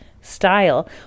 style